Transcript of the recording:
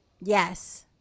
yes